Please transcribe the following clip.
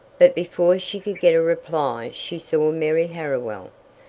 but before she could get a reply she saw mary harriwell.